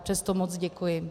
Přesto moc děkuji.